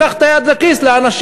לקח את היד לכיס לאנשים.